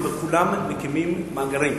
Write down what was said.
ובכל המדינות מקימים מאגרים,